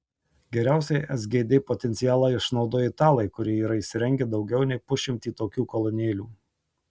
geriausiai sgd potencialą išnaudoja italai kurie yra įsirengę daugiau nei pusšimtį tokių kolonėlių